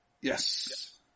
Yes